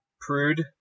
prude